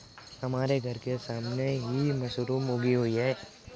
हमारे घर के सामने ही मशरूम उगी हुई है